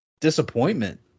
disappointment